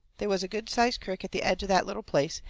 they was a good-sized crick at the edge of that little place,